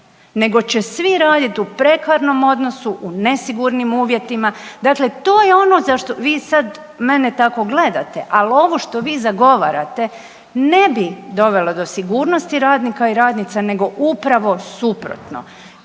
Nego će svi raditi u prekarnom odnosu, u nesigurnim uvjetima. Dakle, to je ono za što vi sada mene tako gledate, ali ovo što vi zagovarate ne bi dovelo do sigurnosti radnika i radnica, nego upravo suprotno.